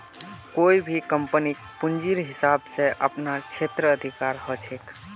कोई भी कम्पनीक पूंजीर हिसाब स अपनार क्षेत्राधिकार ह छेक